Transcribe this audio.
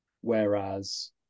whereas